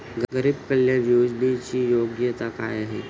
गरीब कल्याण योजनेची योग्यता काय आहे?